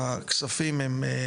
הכספים הם,